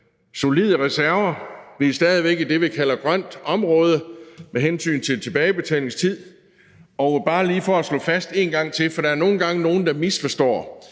solide reserver. Vi er stadig væk i det, vi kalder grønt område, med hensyn til tilbagebetalingstid. Og bare lige for at slå det fast en gang til – for der er nogle gange nogle, der misforstår